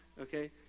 okay